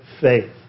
faith